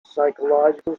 psychological